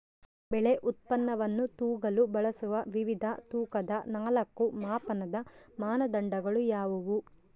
ಬೆಳೆ ಉತ್ಪನ್ನವನ್ನು ತೂಗಲು ಬಳಸುವ ವಿವಿಧ ತೂಕದ ನಾಲ್ಕು ಮಾಪನದ ಮಾನದಂಡಗಳು ಯಾವುವು?